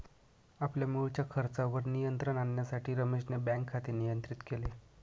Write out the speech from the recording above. आपल्या मुळच्या खर्चावर नियंत्रण आणण्यासाठी रमेशने बँक खाते नियंत्रित केले